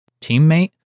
teammate